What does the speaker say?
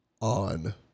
on